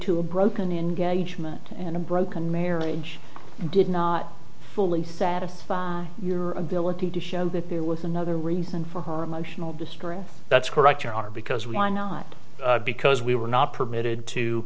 to a broken in gauge moment and a broken marriage did not fully satisfy your ability to show that there was another reason for her emotional distress that's correct your honor because why not because we were not permitted to